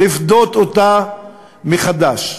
לפדות אותה מחדש.